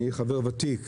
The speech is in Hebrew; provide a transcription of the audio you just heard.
אני חבר ותיק,